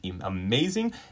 amazing